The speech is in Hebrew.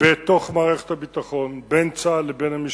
בתוך מערכת הביטחון, בין צה"ל לבין המשטרה,